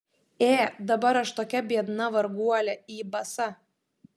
ė dabar aš tokia biedna varguolė į basa